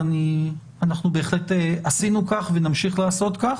ואנחנו בהחלט עשינו כך ונמשיך לעשות כך,